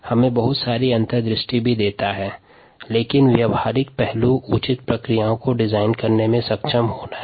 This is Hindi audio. यह हमें बहुत सारी अंतदृष्टि भी प्रदान करता है लेकिन प्रायोगिक पहलू उचित प्रक्रियाओं को प्रारूपित करने में सक्षमता के लिए आवश्यक है